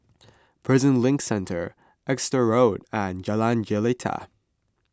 Prison Link Centre Exeter Road and Jalan Jelita